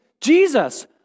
Jesus